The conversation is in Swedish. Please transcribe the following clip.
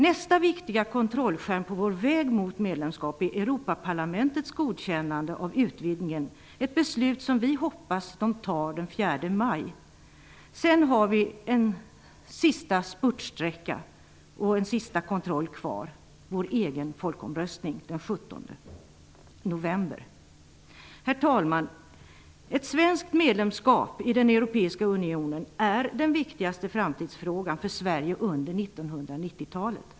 Nästa viktiga kontrollskärm på vår väg mot medlemskap är Europaparlamentets godkännande av utvidgningen, ett beslut som vi hoppas att man fattar den 4 maj. Sedan har vi en sista spurtsträcka och en sista kontroll kvar, nämligen vår egen folkomröstning den 13 november. Herr talman! Ett svenskt medlemskap i den europeiska unionen är den viktigaste framtidsfrågan för Sverige under 1990-talet.